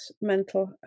mental